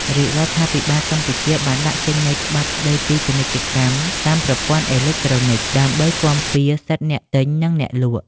រាជរដ្ឋាភិបាលកម្ពុជាបានដាក់ចេញនូវច្បាប់ស្ដីពីពាណិជ្ជកម្មតាមប្រព័ន្ធអេឡិចត្រូនិក ដើម្បីគាំពារសិទ្ធិអ្នកទិញ និងអ្នកលក់។